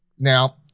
now